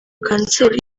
kanseri